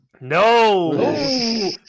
No